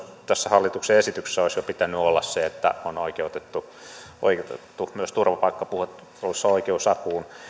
tässä hallituksen esityksessä olisi jo pitänyt olla se että yksin tullut alle kahdeksantoista vuotias on oikeutettu myös turvapaikkapuhuttelussa oikeusapuun